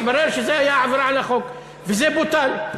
התברר שזה היה עבירה על החוק וזה בוטל.